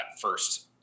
first